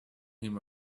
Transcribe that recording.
him